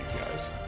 guys